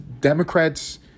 Democrats